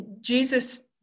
Jesus